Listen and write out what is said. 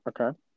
Okay